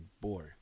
boy